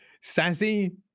sassy